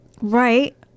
Right